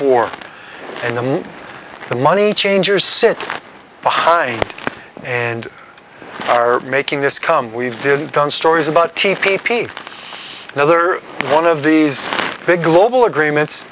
war and them the money changers sit behind and are making this come we've done stories about pete another one of these big global agreements